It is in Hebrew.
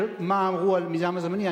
מה אמרו על מיזם זמני.